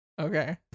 Okay